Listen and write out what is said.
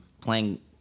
playing